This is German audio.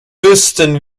wüssten